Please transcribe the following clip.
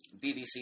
BBC